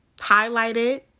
highlighted